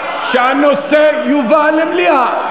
שהנושא יובא למליאה,